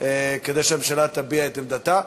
כדי שהממשלה תביע את עמדתה,